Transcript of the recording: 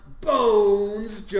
Bones